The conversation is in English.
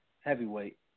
heavyweight